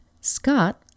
Scott